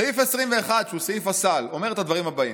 סעיף 21 שהוא סעיף הסל אומר את הדברים הבאים: